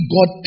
God